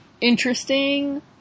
Interesting